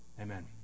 Amen